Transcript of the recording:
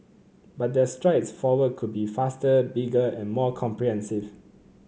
but their strides forward could be faster bigger and more comprehensive